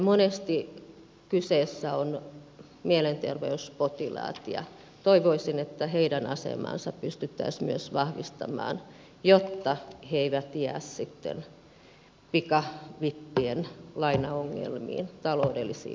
monesti kyseessä ovat mielenterveyspotilaat ja toivoisin että heidän asemaansa pystyttäisiin myös vahvistamaan jotta he eivät jää pikavippien lainaongelmiin taloudellisiin vaikeuksiin